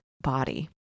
body